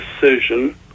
decision